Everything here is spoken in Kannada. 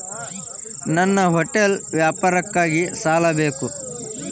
ನನ್ನ ಹೋಟೆಲ್ ವ್ಯಾಪಾರಕ್ಕಾಗಿ ಸಾಲ ಬೇಕು